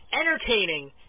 entertaining